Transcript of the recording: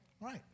Right